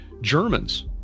Germans